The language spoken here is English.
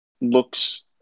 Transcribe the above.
looks